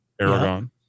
Aragon